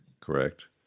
correct